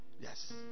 Yes